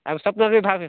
ଆଉ ସ୍ୱପ୍ନରେ ଭାବେ